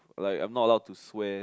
like I'm not allowed to swear